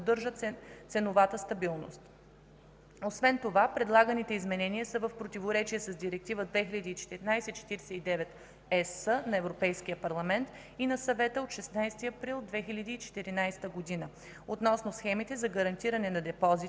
поддържа ценовата стабилност. Освен това, предлаганите изменения са в противоречие с Директива 2014/49/ЕС на Европейския парламент и на Съвета от 16 април 2014 г. относно схемите за гарантиране на депозити,